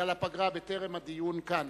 הדיון כאן,